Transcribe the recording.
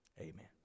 Amen